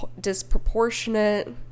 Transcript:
disproportionate